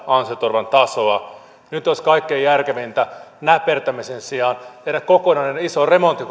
ansioturvan tasoa niin nyt olisi kaikkein järkevintä näpertämisen sijaan tehdä kokonainen iso remontti